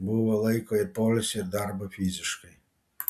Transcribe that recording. buvo laiko ir poilsiui ir darbui fiziškai